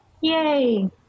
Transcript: Yay